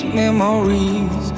memories